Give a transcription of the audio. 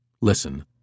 listen